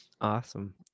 Awesome